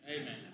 Amen